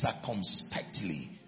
circumspectly